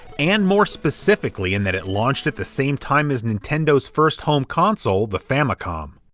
and more specifically in that it launched at the same time as nintendo's first home console, the famicom.